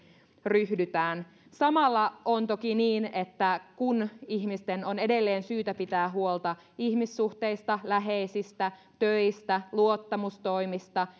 ryhdytään samalla on toki niin että kun ihmisten on edelleen syytä pitää huolta ihmissuhteista läheisistä töistä ja luottamustoimista